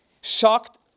Shocked